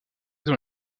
dans